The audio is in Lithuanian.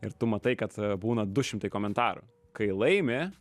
ir tu matai kad būna du šimtai komentarų kai laimi